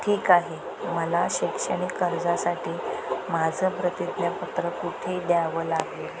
ठीक आहे मला शैक्षणिक कर्जासाठी माझं प्रतिज्ञापत्र कुठे द्यावं लागेल